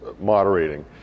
moderating